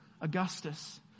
Augustus